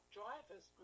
drivers